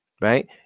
right